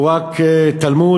או רק תלמוד,